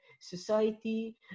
society